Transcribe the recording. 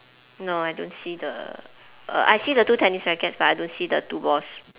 no I don't see the err I see the two tennis rackets but I don't see the two balls